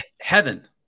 heaven